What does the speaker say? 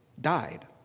died